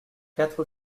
quatre